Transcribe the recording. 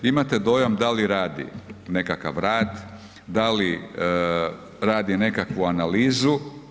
Imate dojam da li radi nekakav rad, da li radi nekakvu analizu.